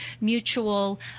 mutual